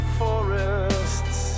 forests